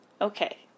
Okay